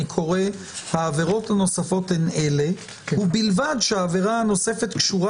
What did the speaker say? אני קורא שהעבירות הנוספות הן אלה ובלבד שהעבירה הנוספת קשורה